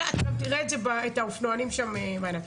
אתה גם תראה את האופנוענים שם בעיניים.